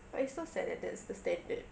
but it's so sad that that's the standard